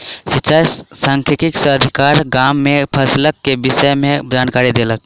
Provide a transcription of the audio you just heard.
सिचाई सांख्यिकी से अधिकारी, गाम में फसिलक के विषय में जानकारी देलक